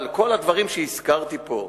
אבל כל הדברים שהזכרתי פה,